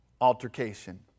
altercation